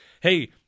hey